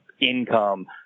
income